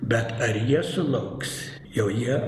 bet ar jie sulauks jau jie